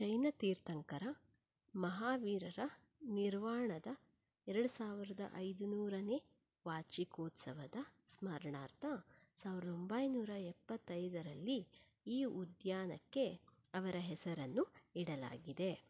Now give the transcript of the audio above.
ಜೈನ ತೀರ್ಥಂಕರ ಮಹಾವೀರರ ನಿರ್ವಾಣದ ಎರಡು ಸಾವಿರದ ಐದು ನೂರನೇ ವಾರ್ಷಿಕೋತ್ಸವದ ಸ್ಮರಣಾರ್ಥ ಸಾವಿರದೊಂಬೈನೂರ ಎಪ್ಪತ್ತೈದರಲ್ಲಿ ಈ ಉದ್ಯಾನಕ್ಕೆ ಅವರ ಹೆಸರನ್ನು ಇಡಲಾಗಿದೆ